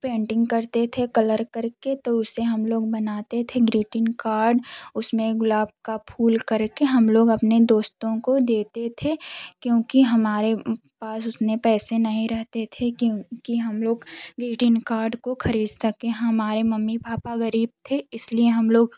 painting करते थे colour करके तो उसे हम लोग बनाते थे ग्रीटिंग कार्ड उसमें गुलाब का फूल करके हम लोग अपने दोस्तों को देते थे क्योंकि हमारे पास उतने पैसे नहीं रहते थे क्योंकि हम लोग ग्रीटिंग कार्ड को खरीद सके हमारे मम्मी पापा गरीब थे इसलिए हम लोग